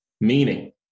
meaning